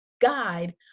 guide